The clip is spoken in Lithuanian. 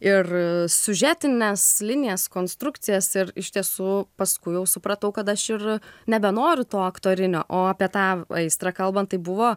ir siužetines linijas konstrukcijas ir iš tiesų paskui jau supratau kad aš ir nebenoriu to aktorinio o apie tą aistrą kalbant tai buvo